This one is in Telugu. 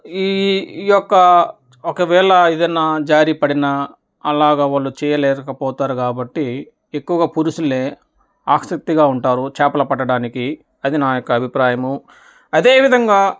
ఈ ఈ యొక్క ఒకవేళ ఏదైనా జారిపడినా అలాగ వాళ్ళు చెయ్యలేక పోతారు కాబట్టి ఎక్కువగా పురుషులే ఆసక్తిగా ఉంటారు చేపలు పట్టడానికి అది నా యొక్క అభిప్రాయము అదేవిధంగా